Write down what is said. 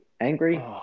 angry